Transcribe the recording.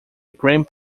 gram